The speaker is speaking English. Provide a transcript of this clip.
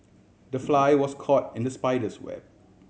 the fly was caught in the spider's web